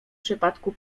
wypadku